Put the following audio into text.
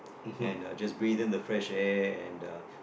and uh just breathe in the fresh air and uh